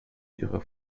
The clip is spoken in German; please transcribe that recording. ihrer